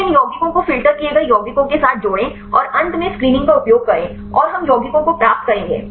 फिर इन यौगिकों को फ़िल्टर किए गए यौगिकों के साथ जोड़ें और अंत में स्क्रीनिंग का उपयोग करें और हम यौगिकों को प्राप्त करेंगे